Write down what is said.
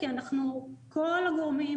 כי אנחנו כל הגורמים,